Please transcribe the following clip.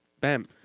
bam